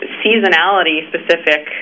seasonality-specific